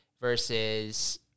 versus